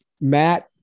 Matt